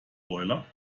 boiler